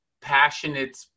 passionate